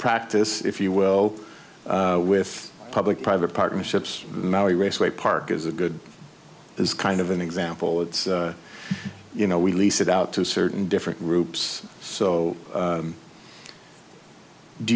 practice if you will with public private partnerships maori raceway park is a good is kind of an example it's you know we lease it out to certain different groups so